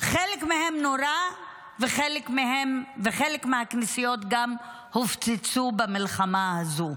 חלק מהם נורו וחלק מהכנסיות גם הופצצו במלחמה הזו.